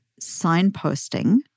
signposting